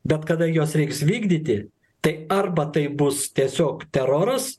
bet kada juos reiks vykdyti tai arba tai bus tiesiog teroras